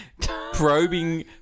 probing